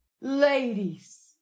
ladies